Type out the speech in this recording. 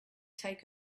take